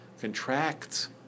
contracts